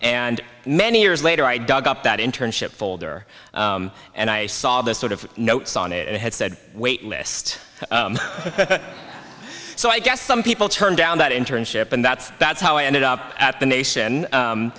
and many years later i dug up that internship folder and i saw this sort of notes on it had said wait list so i guess some people turn down that internship and that's that's how i ended up at the nation